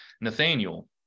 Nathaniel